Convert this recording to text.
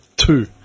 Two